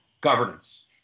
governance